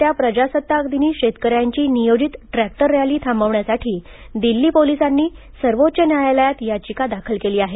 येत्या प्रजासत्ताक दिनी शेतकऱ्यांची नियोजित ट्रक्टर रॅली थांबवण्यासाठी दिल्ली पोलीसांनी सर्वोच्च न्यायालयात याचिका दाखल केली आहे